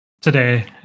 today